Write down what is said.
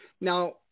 Now